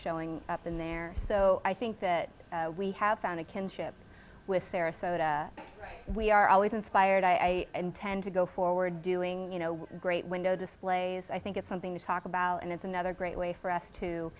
showing up in there so i think that we have found a kinship with sarasota we are always inspired i intend to go forward doing you know great window displays i think it's something to talk about and it's another great way for us to